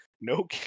No